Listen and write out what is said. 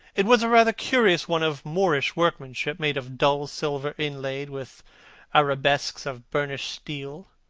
it was a rather curious one of moorish workmanship, made of dull silver inlaid with arabesques of burnished steel,